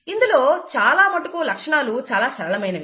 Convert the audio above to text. ఇందులో చాలా మటుకు లక్షణాలు చాలా సరళమైనవి